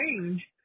change